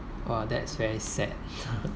!wah! that's very sad